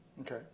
Okay